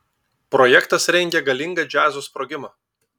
projektas rengia galingą džiazo sprogimą